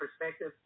perspective